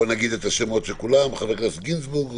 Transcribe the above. נאמר את שמות כולם: חברי הכנסת גינזבורג,